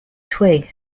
twig